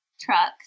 trucks